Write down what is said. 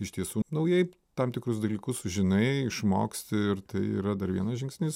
iš tiesų naujai tam tikrus dalykus sužinai išmoksti ir tai yra dar vienas žingsnis